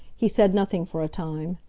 he said nothing for a time.